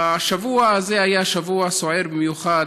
השבוע הזה היה שבוע סוער במיוחד,